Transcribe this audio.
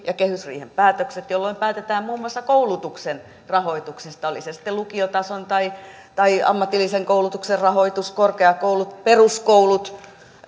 ja kehysriihen päätökset jolloin päätetään muun muassa koulutuksen rahoituksesta oli se sitten lukiotason tai tai ammatillisen koulutuksen rahoitus korkeakoulut peruskoulut